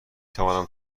توانم